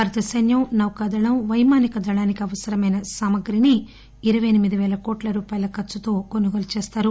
భారత సైన్యం నౌకాదళం పైమానిక దళానికి అవసరమైన సామగ్రిని ఇరవై ఎనిమిది పేల కోట్ల రూపాయల ఖర్చుతో కొనుగోలు చేస్తారు